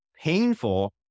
painful